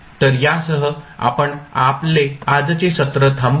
तर यासह आपण आपले आजचे सत्र थांबवु